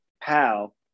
pal